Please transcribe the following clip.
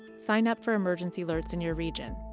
sign up for emergency alerts in your region.